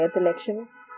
elections